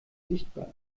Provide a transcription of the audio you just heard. sichtbar